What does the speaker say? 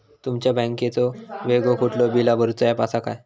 तुमच्या बँकेचो वेगळो कुठलो बिला भरूचो ऍप असा काय?